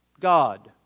God